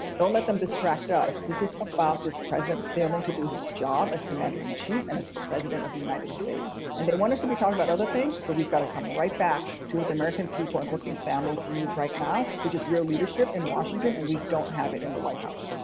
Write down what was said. don't let them distract us. this is about this president failing to do his job as commander in chief and as president of the united states. and they want us to be talking about other things, but we've got to come right back to what the american people and working families need right now, which is real leadership in washington, and we don't have it in the white house.